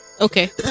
Okay